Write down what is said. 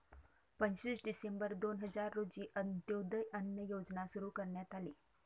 पंचवीस डिसेंबर दोन हजार रोजी अंत्योदय अन्न योजना सुरू करण्यात आली